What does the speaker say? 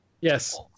Yes